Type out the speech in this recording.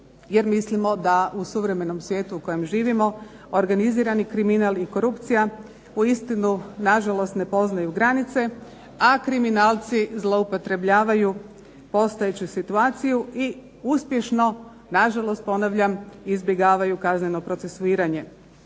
jer mislimo da u suvremenom svijetu u kojem živimo organizirani kriminal i korupcija uistinu nažalost ne poznaju granice, a kriminalci zloupotrebljavaju postojeću situaciju i uspješno, nažalost ponavljam, izbjegavaju kazneno procesuiranje.